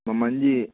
ꯃꯃꯟꯗꯤ